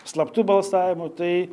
slaptu balsavimu tai